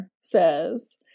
says